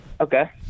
Okay